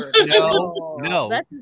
no